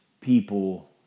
People